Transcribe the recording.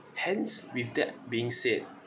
hence with that being said